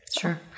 Sure